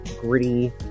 gritty